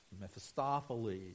Mephistopheles